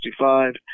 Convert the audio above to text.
1965